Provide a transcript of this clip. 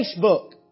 Facebook